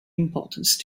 importance